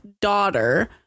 daughter